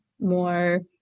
more